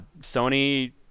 Sony